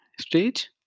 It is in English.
stage